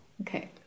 Okay